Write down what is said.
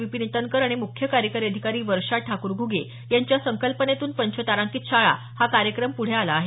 विपीन इटनकर आणि मुख्य कार्यकारी अधिकारी वर्षा ठाकूर घुगे यांच्या संकल्पनेतून पंचतारांकित शाळा हा कार्यक्रम पुढे आला आहे